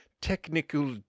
technical